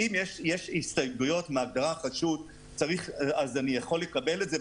אם יש הסתייגויות מההגדרה של חשוד אני יכול לקבל את זה.